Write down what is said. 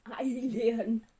alien